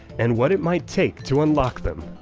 and what it might take to unlock them.